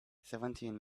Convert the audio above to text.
seventeen